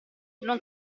non